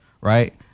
Right